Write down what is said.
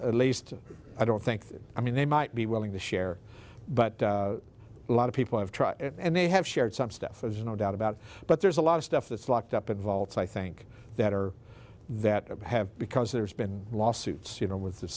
a least i don't think i mean they might be willing to share but a lot of people have tried it and they have shared some stuff as no doubt about but there's a lot of stuff that's locked up in vaults i think that are that have because there's been lawsuits you know with the